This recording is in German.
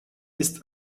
ist